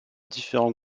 différents